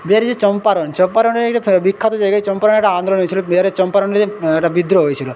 বিহারের চম্পারণ চম্পারণে এরকম বিখ্যাত জায়গায় চম্পারণে একটা আন্দোলন হয়েছিল বিহারের চম্পারণে যে একটা বিদ্রোহ হয়েছিল